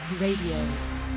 RADIO